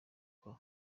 kwa